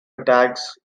attacks